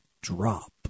drop